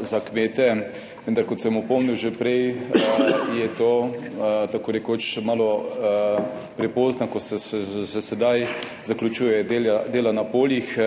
za kmete, vendar, kot sem opomnil že prej, je to tako rekoč malo prepozno, saj se sedaj že zaključuje dela na poljih.